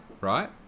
right